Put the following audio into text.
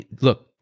look